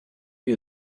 you